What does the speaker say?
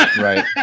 right